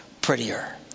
prettier